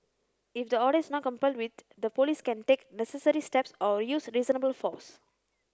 if the order is not complied with the Police can take necessary steps or use reasonable force